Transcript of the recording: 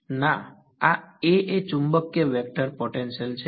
ના આ A એ ચુંબકીય વેક્ટર પોટેન્શિયલ છે